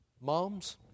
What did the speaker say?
Moms